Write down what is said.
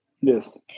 yes